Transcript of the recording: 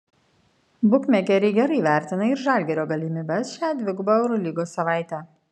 bukmekeriai gerai vertina ir žalgirio galimybes šią dvigubą eurolygos savaitę